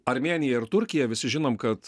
armėnija ir turkija visi žinom kad